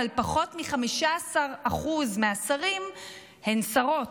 אבל פחות מ-15% מהשרים הן שרות.